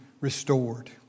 restored